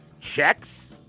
checks